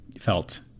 felt